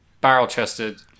barrel-chested